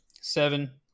seven